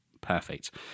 perfect